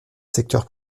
secteur